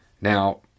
Now